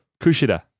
Kushida